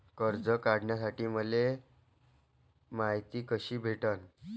कर्ज काढासाठी मले मायती कशी भेटन?